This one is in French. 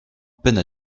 peine